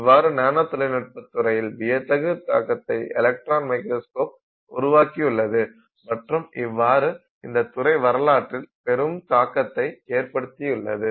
இவ்வாறு நானோ தொழில்நுட்பத்துறையில் வியக்கத்தகு தாக்கத்தை எலக்ட்ரான் மைக்ரோஸ்கோப் உருவாக்கியுள்ளது மற்றும் இவ்வாறு இந்தத் துறை வரலாற்றில் பெரும் தாக்கத்தை ஏற்படுத்தியுள்ளது